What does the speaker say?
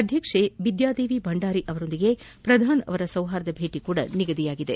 ಅಧ್ಯಕ್ಷ ಬಿದ್ದಾದೇವಿ ಭಂಡಾರಿ ಅವರೊಂದಿಗೆ ಪ್ರದಾನ್ ಅವರ ಸೌಹಾರ್ದ ಭೇಟಿ ಸಹ ನಿಗದಿಯಾಗಿದೆ